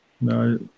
no